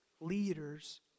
leaders